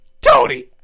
Tony